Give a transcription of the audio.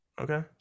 Okay